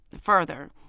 further